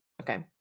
Okay